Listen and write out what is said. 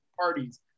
parties